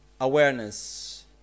awareness